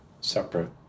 separate